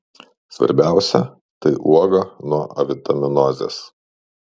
svarbiausia tai uoga nuo avitaminozės